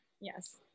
yes